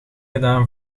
gedaan